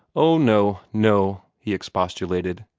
oh, no no! he expostulated.